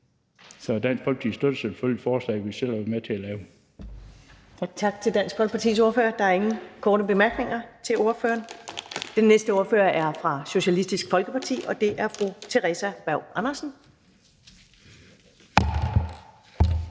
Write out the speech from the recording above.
Så Dansk Folkeparti støtter selvfølgelig det forslag, vi selv har været med til at lave. Kl. 10:11 Første næstformand (Karen Ellemann): Tak til Dansk Folkepartis ordfører. Der er ingen korte bemærkninger til ordføreren. Den næste ordfører er fra Socialistisk Folkeparti, og det er fru Theresa Berg Andersen.